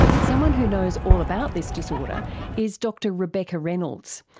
someone who knows all about this disorder is dr rebecca reynolds,